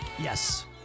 Yes